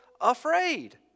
afraid